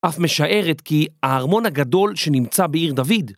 אף משערת כי הארמון הגדול שנמצא בעיר דוד.